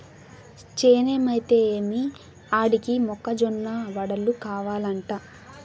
చేనేమైతే ఏమి ఆడికి మొక్క జొన్న వడలు కావలంట